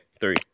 three